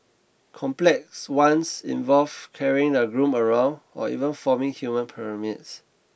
complex ones involve carrying the groom around or even forming human pyramids